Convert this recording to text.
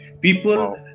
People